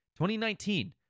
2019